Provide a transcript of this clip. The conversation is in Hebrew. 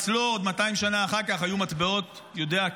אצלו עוד 200 שנה אחר כך היו מטבעות יודיאה קפטה,